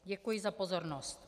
Děkuji za pozornost.